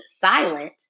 silent